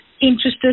interested